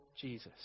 Jesus